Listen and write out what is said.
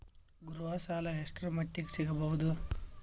ಗೃಹ ಸಾಲ ಎಷ್ಟರ ಮಟ್ಟಿಗ ಸಿಗಬಹುದು?